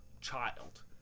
child